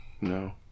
No